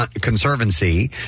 Conservancy